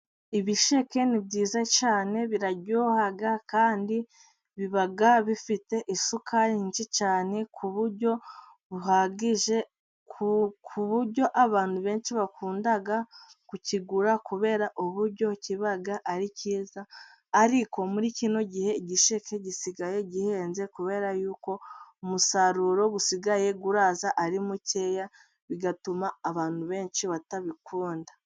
Ibisheke ni byiza cyane biraryoha. Kandi biba bifite isukari nyinshi cyane ku buryo buhagije, ku buryo abantu benshi bakunda kukigura kubera uburyo kiba ari cyiza. Ariko muri kino gihe igisheke gisigaye gihenze kubera yuko umusaruro usigaye uraza ari mukeya bigatuma abantu benshi batabikunda.